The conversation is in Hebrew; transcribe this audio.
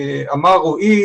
אמר רועי